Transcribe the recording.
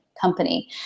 company